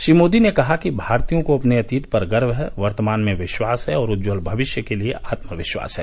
श्री मोदी ने कहा कि भारतीयों को अपने अतीत पर गर्व है वर्तमान में विश्वास है और उज्जवल भविष्य के लिए आत्मविश्वास है